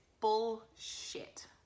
bullshit